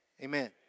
Amen